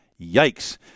Yikes